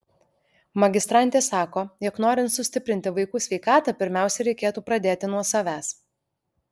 magistrantė sako jog norint sustiprinti vaikų sveikatą pirmiausia reikėtų pradėti nuo savęs